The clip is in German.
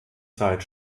zeit